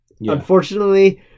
unfortunately